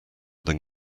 than